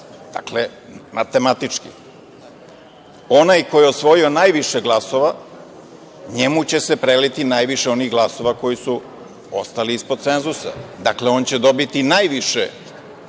Matematički - onaj koji je osvojio najviše glasova, njemu će se preliti najviše onih glasova koji su ostali ispod cenzusa. Dakle, on će dobiti najviše dodatnih